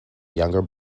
younger